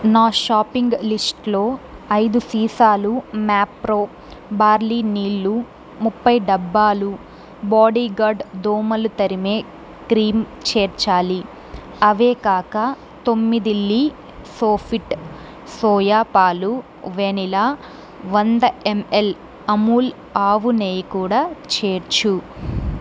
నా షాపింగ్ లిస్ట్లో ఐదు సీసాలు మ్యాప్రో బార్లీ నీళ్ళు ముప్పై డబ్బాలు బాడీగార్డ్ దోమలు తరిమే క్రీమ్ చేర్చాలి అవే కాక తొమ్మిది లీ సోఫిట్ సోయా పాలు వెనిలా వంద ఎంఎల్ అమూల్ ఆవు నెయ్యి కూడా చేర్చు